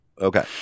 Okay